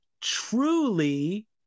truly